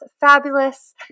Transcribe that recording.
fabulous